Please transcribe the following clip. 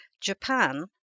Japan